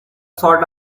sort